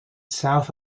south